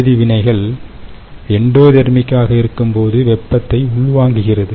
வேதி வினைகள் எண்டோதேர்மிக் ஆக இருக்கும்போது வெப்பத்தை உள்வாங்குகிறது